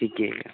ठीके अइ